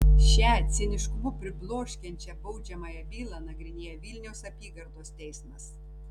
šią ciniškumu pribloškiančią baudžiamąją bylą nagrinėja vilniaus apygardos teismas